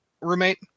roommate